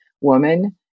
woman